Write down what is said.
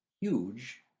huge